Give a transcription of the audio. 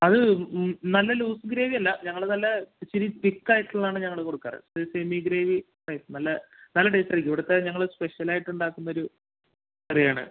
അത് നല്ല loose gravy അല്ല ഞങ്ങൾ നല്ല ഇച്ചിരി തിക്കായിട്ടുള്ളതാണ് ഞങ്ങൾ കൊടുക്കറുള്ളത് ഒരു സെമി ഗ്രേവി ടൈപ്പ് നല്ല നല്ല ടേസ്റ്റ് ആയിരിക്കും ഇവിടുത്തെ ഞങ്ങൾ സ്പെഷ്യലായിട്ട് ഉണ്ടാക്കുന്ന ഒരു കറിയാണ്